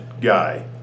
guy